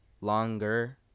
longer